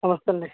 నమస్తే అండి